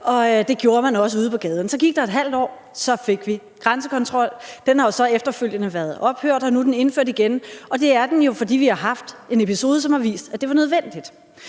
og det gjorde man også ude på gaden. Så gik der et halvt år, og så fik vi grænsekontrol. Den har jo så efterfølgende været ophævet, og nu er den indført igen. Og det er den jo, fordi vi har haft en episode, som har vist, at det var nødvendigt.